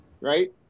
Right